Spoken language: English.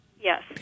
Yes